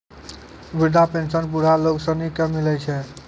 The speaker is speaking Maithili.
वृद्धा पेंशन बुढ़ा लोग सनी के मिलै छै